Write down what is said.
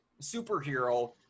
superhero